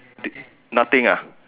nothing ah